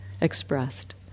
expressed